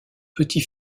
petit